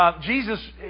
Jesus